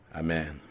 Amen